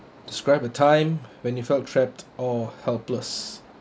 describe a time when you felt trapped or helpless